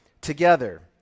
together